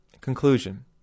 Conclusion